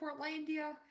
Portlandia